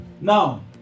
Now